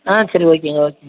ஆ சரி ஓகேங்க ஓகேங்க